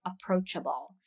approachable